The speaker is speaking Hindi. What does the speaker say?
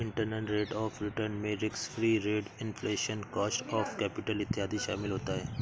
इंटरनल रेट ऑफ रिटर्न में risk free rate, inflation, cost of capital इत्यादि शामिल होता है